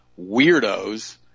weirdos